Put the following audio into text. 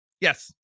Yes